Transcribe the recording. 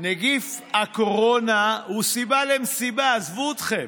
נגיף הקורונה הוא סיבה למסיבה, עזבו אתכם.